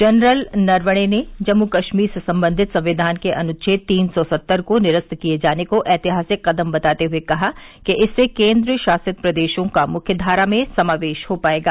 general Naravane ने जम्मू कश्मीर से संबंधित संविधान के अनुच्छेद तीन सौ सत्तर को निरस्त किए जाने को ऐतिहासिक कदम बताते हए कहा कि इससे केंद्र शासित प्रदेशों का मुख्य धारा में समावेश हो पाएगा